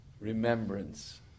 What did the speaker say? remembrance